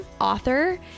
author